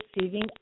receiving